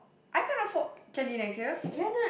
I can't afford Cali next year